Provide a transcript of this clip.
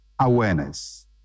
awareness